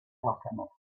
alchemists